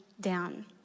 down